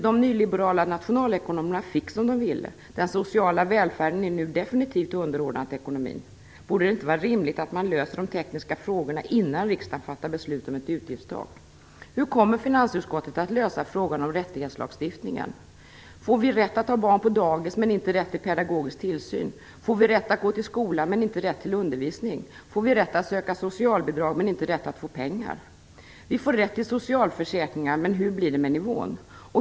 De nyliberala nationalekonomerna fick som de ville: Den sociala välfärden är nu definitivt underordnad ekonomin. Är det inte rimligt att de tekniska frågorna löses innan riksdagen fattar beslut om ett utgiftstak? Vi får rätt till socialförsäkringar, men hur blir det med nivån?